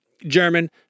german